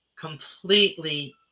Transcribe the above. completely